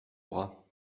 bras